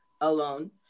alone